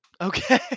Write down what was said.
Okay